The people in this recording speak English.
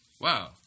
Wow